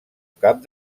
cap